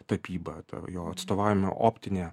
tapyba ta jo atstovaujama optinė